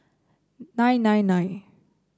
nine nine nine